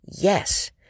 Yes